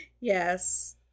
Yes